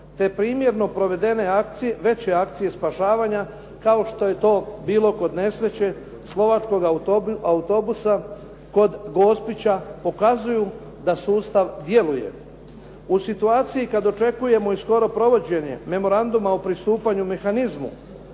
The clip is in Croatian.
te primjerno provedene veće akcije spašavanja kao što je to bilo kod nesreće Slovačkog autobusa kod Gospića pokazuju da sustav djeluje. U situaciji kada očekujemo i skoro provođenje memoranduma o pristupanju mehanizmu